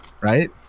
right